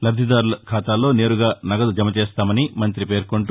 లబ్లిదారుల ఖాతాల్లో నేరుగా నగదు జమ చేస్తామని మంగ్రి పేర్కొంటూ